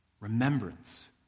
Remembrance